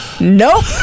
Nope